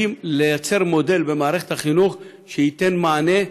כדי לייצר מודל במערכת החינוך שייתן מענה.